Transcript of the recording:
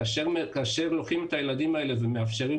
כאשר לוקחים את הילדים האלה ומאפשרים